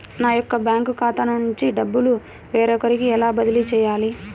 నా యొక్క బ్యాంకు ఖాతా నుండి డబ్బు వేరొకరికి ఎలా బదిలీ చేయాలి?